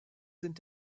sind